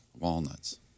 Walnuts